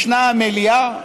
ישנה מליאה,